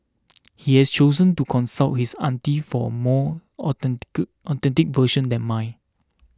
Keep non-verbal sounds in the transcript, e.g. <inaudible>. he has chosen to consult his auntie for more <unintelligible> authentic version than mine